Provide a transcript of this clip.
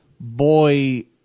Boy